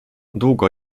długo